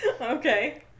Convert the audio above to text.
Okay